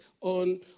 on